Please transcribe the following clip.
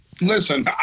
Listen